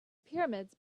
pyramids